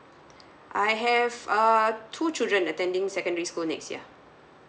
I have uh two children attending secondary school next year